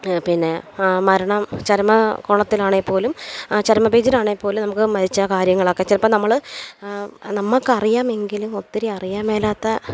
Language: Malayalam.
പിന്നെ ആ മരണം ചരമ കോളത്തിലാണെങ്കിൽപ്പോലും ആ ചരമപേജിൽ ആണെങ്കിൽപ്പോലും നമുക്ക് മരിച്ച കാര്യങ്ങളൊക്കെ ചിലപ്പോൾ നമ്മൾ നമുക്ക് അറിയാമെങ്കിലും ഒത്തിരി അറിയാൻ മേലാത്ത